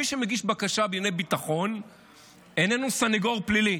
מי שמגיש בקשה בענייני ביטחון אינו סנגור פלילי.